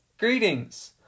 Greetings